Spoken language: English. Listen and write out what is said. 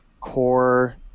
core